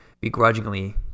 begrudgingly